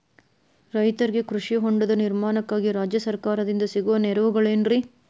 ರೈತರಿಗೆ ಕೃಷಿ ಹೊಂಡದ ನಿರ್ಮಾಣಕ್ಕಾಗಿ ರಾಜ್ಯ ಸರ್ಕಾರದಿಂದ ಸಿಗುವ ನೆರವುಗಳೇನ್ರಿ?